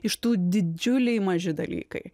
iš tų didžiuliai maži dalykai